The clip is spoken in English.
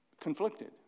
conflicted